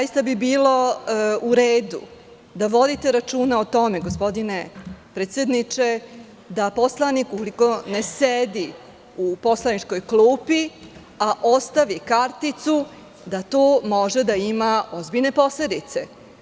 Zaista bi bilo u redu da vodite računa o tome, gospodine predsedniče, da poslanik ukoliko ne sedi u poslaničkoj klupi, a ostavi karticu, da to može da ima ozbiljne posledice.